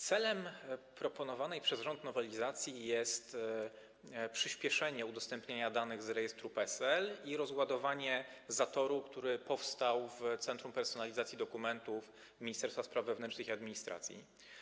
Celem proponowanej przez rząd nowelizacji jest przyspieszenie udostępniania danych z rejestru PESEL i rozładowanie zatoru, który powstał w Centrum Personalizacji Dokumentów Ministerstwa Spraw Wewnętrznych i Administracji.